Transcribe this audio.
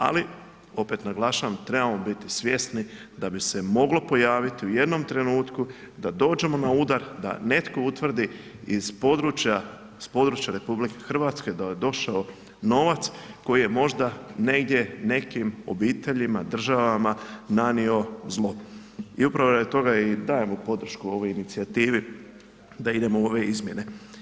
Ali, opet naglašavam, trebamo biti svjesni da bi se moglo pojaviti u jednom trenutku da dođemo na udar da netko utvrdi iz područja, s područja RH da je došao novac koji je možda negdje nekim obiteljima, državama, nanio zlo i upravo radi toga dajemo podršku ovoj inicijativi da idemo u ove izmjene.